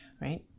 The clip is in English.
right